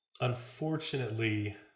Unfortunately